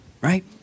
Right